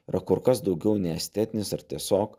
yra kur kas daugiau nei estetinis ar tiesiog